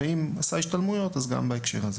ואם הוא עשה השתלמויות אז גם בהקשר הזה.